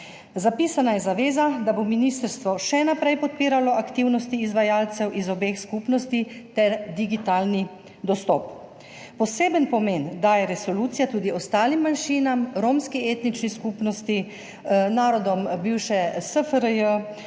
Zapisana je zaveza, da bo ministrstvo še naprej podpiralo aktivnosti izvajalcev iz obeh skupnosti ter digitalni dostop. Poseben pomen daje resolucija tudi ostalim manjšinam - romski etnični skupnosti, narodom bivše SFRJ,